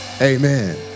amen